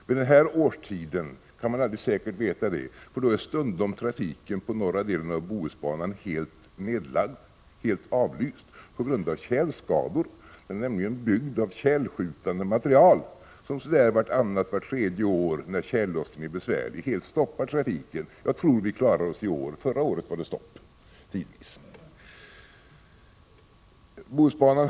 Vid den här årstiden kan man aldrig säkert veta detta, eftersom trafiken på den norra delen av Bohusbanan då stundom är helt avlyst på grund av tjälskador. Banan är nämligen byggd av tjälskjutande material, som ungefär vartannat eller vart tredje år när tjällossningen är besvärlig helt stoppar trafiken. Jag tror att trafiken kan upprätthållas i år, men förra året var det tidvis stopp.